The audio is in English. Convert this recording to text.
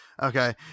Okay